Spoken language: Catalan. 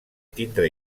tindre